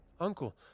Uncle